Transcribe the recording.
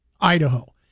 Idaho